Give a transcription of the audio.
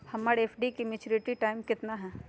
हमर एफ.डी के maturity time कितना है?